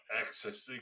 accessing